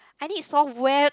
I need software